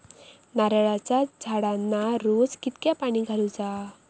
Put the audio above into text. नारळाचा झाडांना रोज कितक्या पाणी घालुचा?